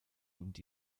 und